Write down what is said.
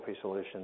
solutions